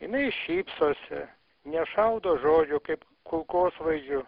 jinai šypsosi nešaudo žodžio kaip kulkosvaidžiu